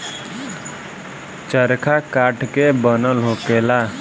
चरखा काठ के बनल होखेला